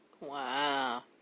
Wow